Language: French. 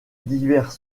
divers